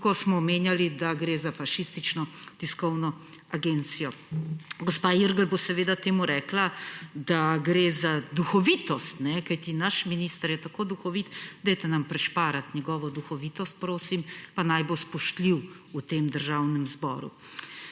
ko smo omenjali, da gre za fašistično tiskovno agencijo. Gospa Irgl bo seveda temu rekla, da gre za duhovitost, kajti naš minister je tako duhovit; prihranite nam njegovo duhovitost, prosim, pa naj bo spoštljiv v tem državnem zboru.